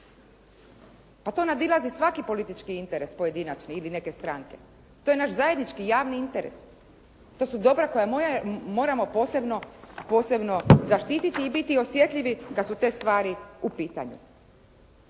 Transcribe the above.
Pa to nadilazi svaki politički interes pojedinačni ili neke stranke. To je naš zajednički javni interes, to su dobra koja moramo posebno zaštititi i biti osjetljivi kad su te stvari u pitanju.